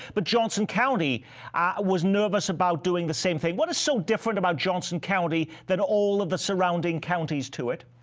but johnson county was nervous about doing the same thing. what is so different about johnson county that all of the surrounding counties to it?